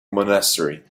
monastery